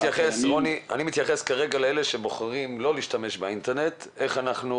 אני מתייחס כרגע לאלה שבוחרים לא להשתמש באינטרנט איך אנחנו